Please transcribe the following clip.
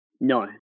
No